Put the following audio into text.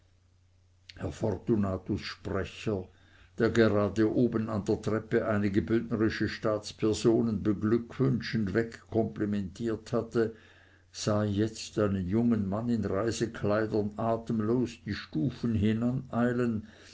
herr fortunatus sprecher der gerade oben an der treppe einige bündnerische staatspersonen beglückwünschend wegkomplimentiert hatte sah jetzt einen jungen mann in reisekleidern atemlos die stufen